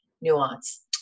Nuance